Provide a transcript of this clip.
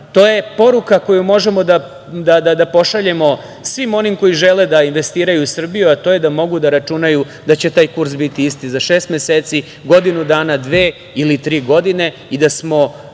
to je poruka koju možemo da pošaljemo svima onima koji žele da investiraju u Srbiju, a to je da mogu da računaju da će taj kurs biti isti za šest meseci, godinu dana, dve ili tri godine i da imamo